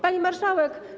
Pani Marszałek!